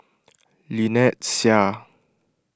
Lynnette Seah